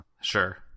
sure